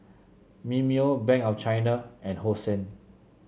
Mimeo Bank of China and Hosen